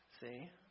See